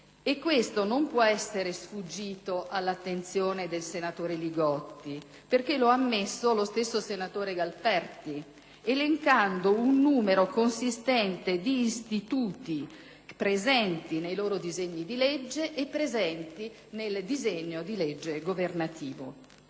e questo non può essere sfuggito all'attenzione del senatore Li Gotti, perché lo ha ammesso lo stesso senatore Galperti, elencando un numero consistente di istituti presenti nei loro disegni di legge e nel disegno di legge governativo.